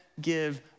give